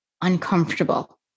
uncomfortable